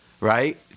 right